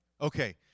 Okay